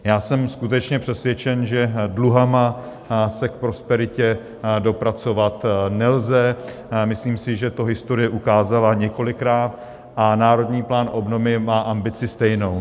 Já jsem skutečně přesvědčen, že dluhy se k prosperitě dopracovat nelze, a myslím si, že to historie ukázala několikrát, a Národní plán obnovy má ambici stejnou.